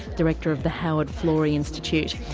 director of the howard florey institute.